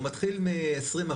הוא מתחיל מ-20%.